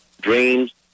dreams